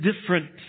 different